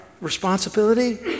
responsibility